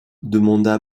demanda